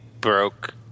broke